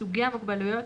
סוגי המוגבלויות,